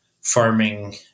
farming